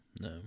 no